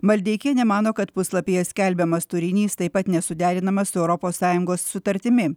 maldeikienė mano kad puslapyje skelbiamas turinys taip pat nesuderinamas su europos sąjungos sutartimi